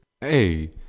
Hey